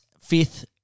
Fifth